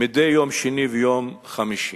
מדי שני וחמישי?